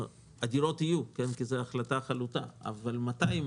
הדירות יהיו כי זו החלטה חלוטה אבל מתי הן